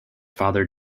father